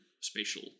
spatial